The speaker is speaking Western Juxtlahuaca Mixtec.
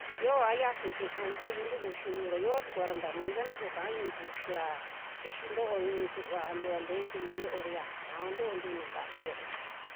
Yooa xiasi chiña tikii yuntu kuxintu ra yoo tukua ra ta miintu koo taa ini kuxia, xixi ntoo ini suvantua nteentu mi yoo ra yaka toontu na ntavi yio.